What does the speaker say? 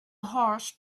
horse